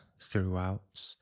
throughout